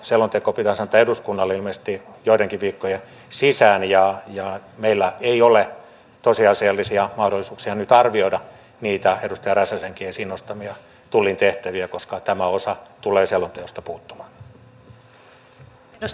selonteko pitäisi antaa eduskunnalle ilmeisesti joidenkin viikkojen sisään ja meillä ei ole tosiasiallisia mahdollisuuksia nyt arvioida niitä edustaja räsäsenkin esiin nostamia tullin tehtäviä koska tämä osa tulee selonteosta puuttumaan